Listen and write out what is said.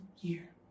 year